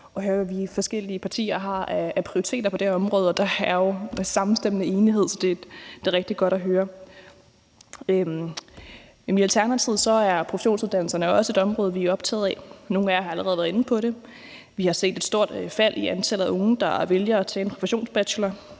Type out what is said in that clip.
har af prioriteter på det her område. Der er jo samstemmende enighed, så det er rigtig godt at høre. Professionsuddannelserne er også et område, vi er optaget af i Alternativet. Nogle af jer har allerede været inde på det. Vi har set et stort fald i antallet af unge, der vælger at tage en professionsbachelor.